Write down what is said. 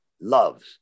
loves